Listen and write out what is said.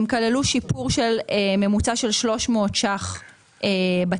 הן כללו שיפור של ממוצע של 300 שקלים בתעריף.